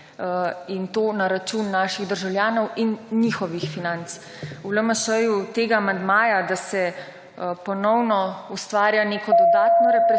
in to na račun naših državljanov in njihovih financ. V LMŠ tega amandmaja, da se ponovno ustvarja neko… / znak